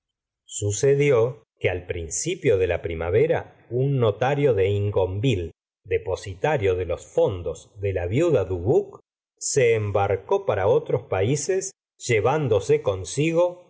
sucedió que al principio de la primavera un notario de ingonville depositario de los fondos de la viuda dubuc se embarcó para otros países llevándose consigo